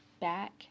back